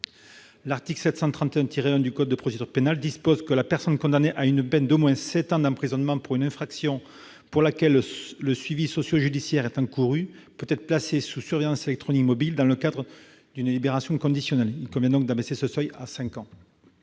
L'article 731-1 du code de procédure pénale dispose que la personne condamnée à une peine d'au moins sept ans d'emprisonnement pour une infraction pour laquelle le suivi socio-judiciaire est encouru peut être placée sous surveillance électronique mobile dans le cadre d'une libération conditionnelle. Il convient d'abaisser ce seuil à cinq ans.